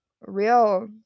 real